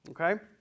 okay